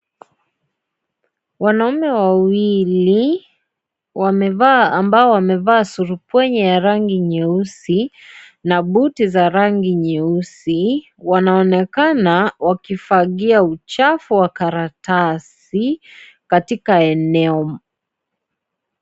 Wanaume wawili wamevaa ambao wamevaa surupwenye ya rangi nyeusi na buti ya rangi nyeusi wanaonekana wakifagia uchafu wa karatasi katika eneo.